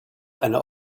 eine